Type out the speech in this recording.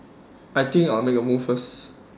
I think I'll make A move first